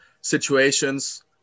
situations